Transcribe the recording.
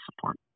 support